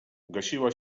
gasiła